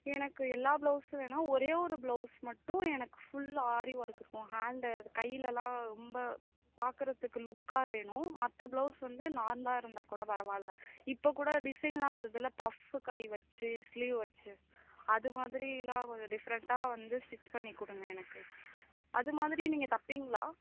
எனக்கு எல்லா ப்ளௌஸும் வேணா ஒரே ஒரு ப்ளௌஸ் மட்டும் எனக்கு ஃபுல் ஆரி ஒர்க்குக்கும் ஹேண்டு கையிலலாம் ரொம்ப பார்க்கறத்துக்கு லுக்காக வேணும் மற்ற ப்ளௌஸ் வந்து நார்மலாக இருந்தாக்கூட பரவாயில்ல இப்போக்கூட டிசைன்லாம் வருதுஇல்ல பஃப் கை வச்சி ஸ்லீவ் வச்சு அது மாதிரிலாம் கொஞ்சம் டிஃப்ரெண்ட்டாக வந்து ஸ்டிச் பண்ணிக் கொடுங்க எனக்கு அது மாதிரி நீங்கள் தைப்பிங்களா